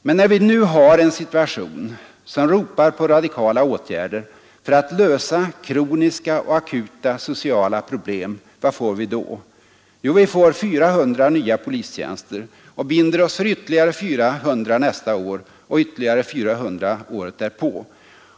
Men när vi nu har en situation som ropar på radikala åtgärder för att lösa kroniska och akuta sociala problem, vad får vi då? Jo, vi får 400 nya polistjänster och binder oss för ytterligare 400 näs och ytterligare 400 året därpå.